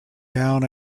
down